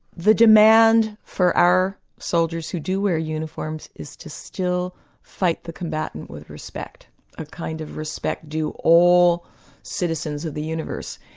the demand for our soldiers who do wear uniforms is to still fight the combatant with respect a kind of respect to all citizens of the universe.